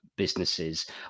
Businesses